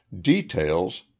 Details